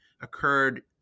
occurred